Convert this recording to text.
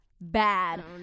bad